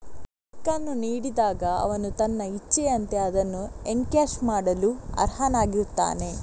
check ಅನ್ನು ನೀಡಿದಾಗ ಅವನು ತನ್ನ ಇಚ್ಛೆಯಂತೆ ಅದನ್ನು ಎನ್ಕ್ಯಾಶ್ ಮಾಡಲು ಅರ್ಹನಾಗಿರುತ್ತಾನೆ